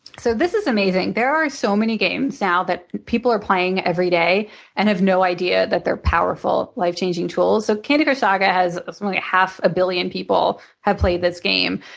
so this is amazing. there are so many games now that people are playing every day and have no idea that they're powerful, life changing tools. so candy crush saga has something like half a billion people have played this game.